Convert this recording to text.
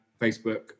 facebook